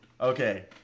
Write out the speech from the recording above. Okay